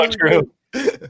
true